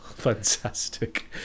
Fantastic